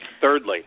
thirdly